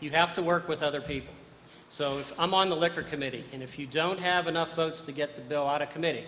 you have to work with other people so i'm on the lecture committee and if you don't have enough votes to get the lot of committee